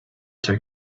took